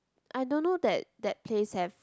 I don't know that that place have